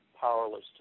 powerless